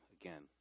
Again